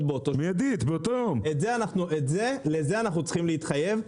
לזה אנחנו צריכים להתחייב.